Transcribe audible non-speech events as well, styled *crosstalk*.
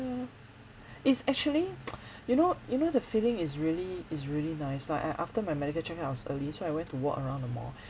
~a it's actually *noise* you know you know the feeling is really is really nice like I I after my medical check up I was early so I went to walk around the mall